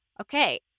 Okay